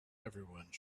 everyone